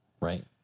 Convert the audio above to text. Right